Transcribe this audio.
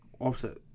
Offset